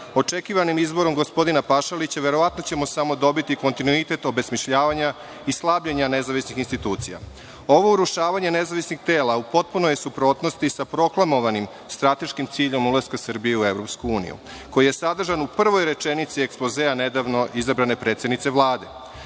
očekivanim izborom gospodina Pašalića verovatno ćemo samo dobiti kontinuitet obesmišljavanja i slabljenja nezavisnih institucija. Ovo urušavanje nezavisnih tela u potpunoj je suprotnosti sa proklamovanim strateškim ciljem ulaska Srbije u EU, koji je sadržan u prvoj rečenici ekspozea nedavno izabrane predsednice